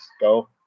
go